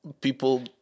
people